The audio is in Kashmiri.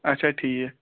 اچھا ٹھیٖک